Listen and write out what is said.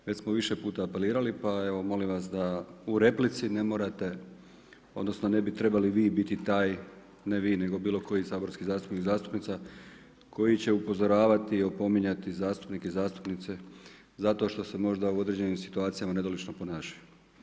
Već smo više puta apelirali, pa evo molim vas da u replici ne morate odnosno ne bi trebali vi biti taj, ne vi nego bilo koji saborski zastupnik, zastupnica koji će upozoravati, opominjati zastupnike i zastupnice zato što se možda u određenim situacijama nedolično ponašaju.